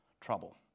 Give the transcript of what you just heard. trouble